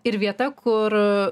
ir vieta kur